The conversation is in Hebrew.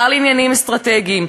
שר לעניינים אסטרטגיים,